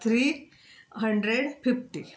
three hundred fifty